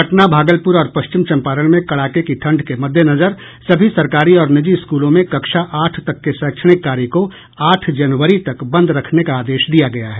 पटना भागलपुर और पश्चिम चंपारण में कड़ाके की ठंड के मद्देनजर सभी सरकारी और निजी स्कूलों में कक्षा आठ तक के शैक्षणिक कार्य को आठ जनवरी तक बंद रखने का आदेश दिया गया है